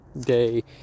day